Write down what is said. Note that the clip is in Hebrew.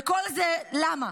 וכל זה למה?